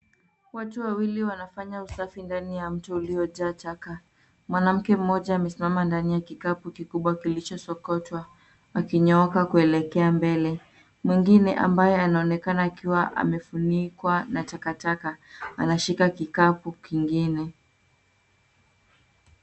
Watu wawili wanafanya usafi ndani ya mto uliojaa taka. Mwanamke mmoja amesimama ndani ya kikapu kikubwa kichosokotwa, akinyooka kuelekea mbele. Mwingine ambaye anaonekana akiwa amefunikwa na takataka anashika kikapu kingine.